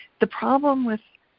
the problem with